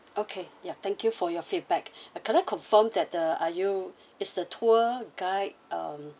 okay ya thank you for your feedback uh can I confirmed that uh are you is the tour guide um